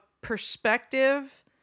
perspective